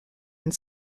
and